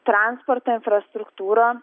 transporto infrastruktūro